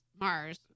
Mars